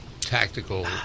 tactical